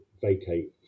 vacate